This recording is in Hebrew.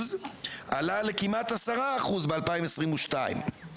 עלה לכמעט 10% ב-2022,